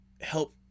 help